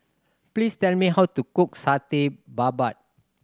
please tell me how to cook Satay Babat